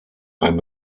ein